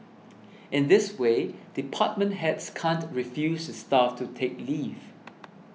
in this way department heads can't refuse their staff to take leave